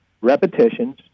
repetitions